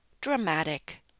dramatic